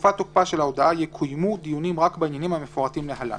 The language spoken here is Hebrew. בתקופת תוקפה של ההודעה יקוימו דיונים רק בעניינים המפורטים להלן:"